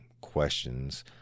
questions